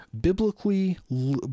biblically